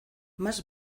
más